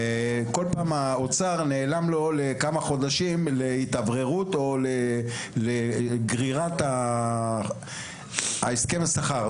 וכל פעם האוצר נעלם לו לכמה חודשים להתאווררות או לגרירת ההסכם שכר.